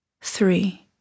three